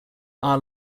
our